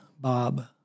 Bob